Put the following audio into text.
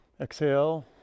exhale